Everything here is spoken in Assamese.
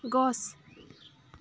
গছ